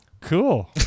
cool